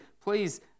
Please